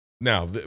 Now